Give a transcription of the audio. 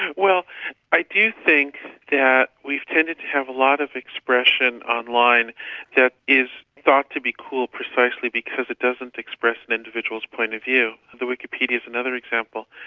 well i do think that we've tended to have a lot of expression online that is thought to be cool precisely because it doesn't express an individual's point of view. the wikipedia's another example.